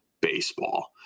baseball